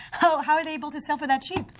how are they able to sell for that cheap?